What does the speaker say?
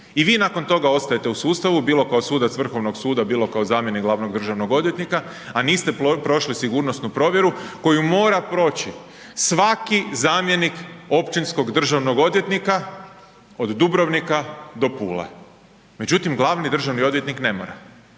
i vi nakon toga ostajete u sustavu bilo kao sudac Vrhovnog suda, bilo kao zamjenik glavnog državnog odvjetnika, a niste prošli sigurnosnu provjeru koju mora proći svaki zamjenik općinskog državnog odvjetnika od Dubrovnika do Pule. Međutim, glavni državni odvjetnik ne mora.